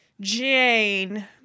Jane